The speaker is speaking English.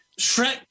Shrek